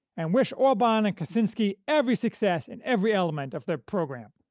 and wish orban and kaczynski every success in every element of their program!